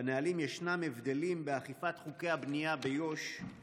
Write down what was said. בנהלים ישנם הבדלים בין יהודים לערבים באכיפת חוקי הבנייה ביו"ש.